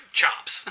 chops